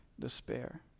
despair